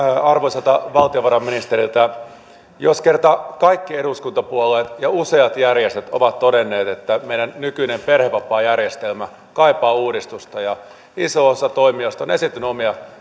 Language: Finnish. arvoisalta valtiovarainministeriltä jos kerta kaikki eduskuntapuolueet ja useat järjestöt ovat todenneet että meidän nykyinen perhevapaajärjestelmämme kaipaa uudistusta ja iso osa toimijoista on esittänyt omia